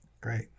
Great